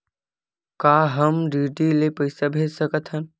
का हम डी.डी ले पईसा भेज सकत हन?